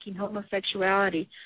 homosexuality